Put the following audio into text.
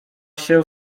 się